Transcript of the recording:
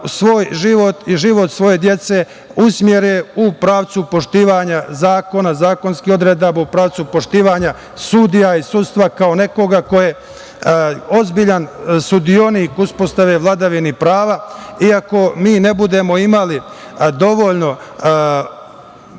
svoj život i život svoje dece usmere u pravcu poštovanja zakona, zakonskih odredaba, u pravcu poštovanja sudija i sudstva kao nekoga ko je ozbiljan sudionik uspostave vladavini prava. I ako mi ne budemo imali dovoljno